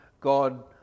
God